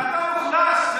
אתה מוחלש.